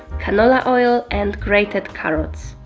canola oil and grated carrots